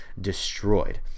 destroyed